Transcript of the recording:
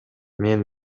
мен